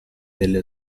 delle